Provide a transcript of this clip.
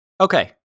Okay